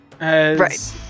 Right